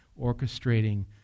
orchestrating